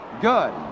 good